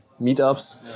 meetups